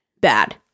bad